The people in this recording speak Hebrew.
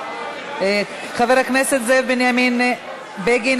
חבר הכנסת זאב בנימין בגין,